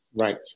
right